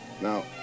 Now